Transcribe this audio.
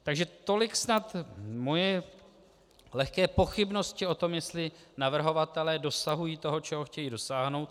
Takže tolik snad moje lehké pochybnosti o tom, jestli navrhovatelé dosahují toho, čeho chtějí dosáhnout.